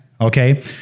Okay